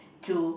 to